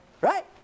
Right